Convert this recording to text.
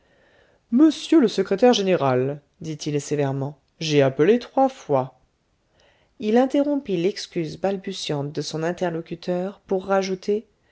monsieur le secrétaire général dit-il sévèrement j'ai appelé trois fois il interrompit l'excuse balbutiante de son interlocuteur pour rajouter